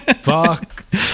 Fuck